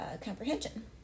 comprehension